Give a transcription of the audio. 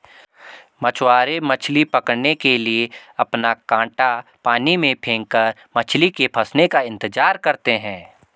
मछुआरे मछली पकड़ने के लिए अपना कांटा पानी में फेंककर मछली के फंसने का इंतजार करते है